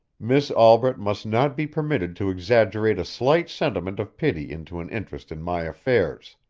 miss albret must not be permitted to exaggerate a slight sentiment of pity into an interest in my affairs.